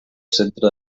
centre